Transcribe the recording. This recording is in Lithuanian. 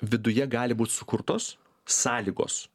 viduje gali būt sukurtos sąlygos